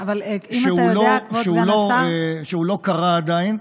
שלא קרה עדיין.